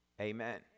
Amen